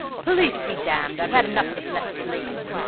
police be damned! i've had enough of the blessed police.